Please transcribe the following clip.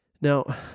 Now